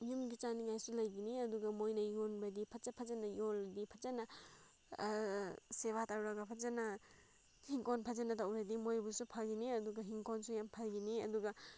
ꯌꯨꯝꯗ ꯆꯥꯅꯤꯡꯉꯥꯏꯁꯨ ꯂꯩꯒꯅꯤ ꯑꯗꯨꯒ ꯃꯣꯏꯅ ꯌꯣꯟꯕꯗꯤ ꯐꯖ ꯐꯖꯅ ꯌꯣꯟꯂꯗꯤ ꯐꯖꯅ ꯁꯦꯕꯥ ꯇꯧꯔꯒ ꯐꯖꯅ ꯏꯪꯈꯣꯜ ꯐꯖꯅ ꯇꯧꯔꯗꯤ ꯃꯣꯏꯕꯨꯁꯨ ꯐꯒꯅꯤ ꯑꯗꯨꯒ ꯏꯪꯈꯣꯜꯁꯨ ꯌꯥꯝ ꯐꯒꯅꯤ ꯑꯗꯨꯒ